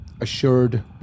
assured